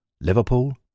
Liverpool